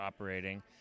operating